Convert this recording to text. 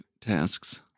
tasks